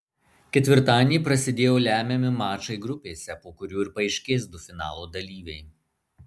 ketvirtadienį prasidėjo lemiami mačai grupėse po kurių ir paaiškės du finalo dalyviai